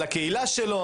על הקהילה שלו?